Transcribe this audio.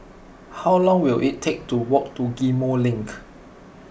how long will it take to walk to Ghim Moh Link